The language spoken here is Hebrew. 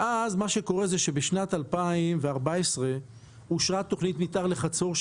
בשנת 2014 אושרה תוכנית מתאר לחצור,